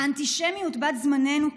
האנטישמיות בת זמננו,